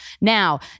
Now